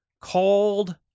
called